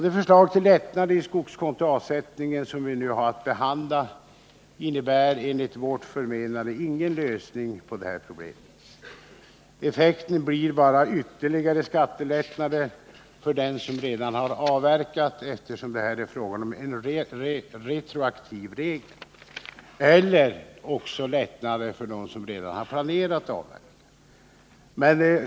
Det förslag till lättnader i skogskontoavsättningen som vi nu har att behandla innebär enligt vårt förmenande ingen lösning på det här problemet. Effekten blir bara ytterligare skattelättnader för dem som redan har avverkat, eftersom det bara är fråga om en retroaktiv regel, eller lättnader för dem som redan har planerat avverkning.